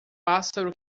pássaro